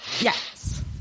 Yes